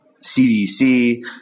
CDC